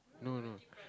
no no